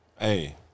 Hey